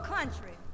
country